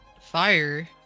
fire